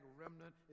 remnant